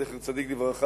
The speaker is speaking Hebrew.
זכר צדיק לברכה,